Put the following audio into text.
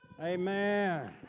Amen